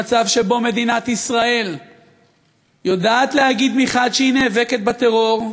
מצב שבו מדינת ישראל יודעת להגיד מחד שהיא נאבקת בטרור,